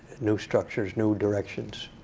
new structures, new directions.